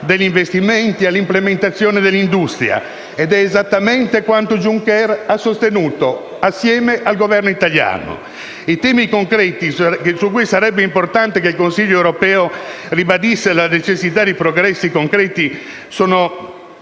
degli investimenti e dell'industria ed è esattamente quanto Juncker ha sostenuto insieme al Governo italiano. I temi su cui sarebbe importante che il Consiglio europeo ribadisse la necessità di progressi concreti sono